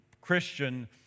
Christian